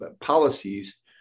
policies